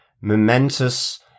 momentous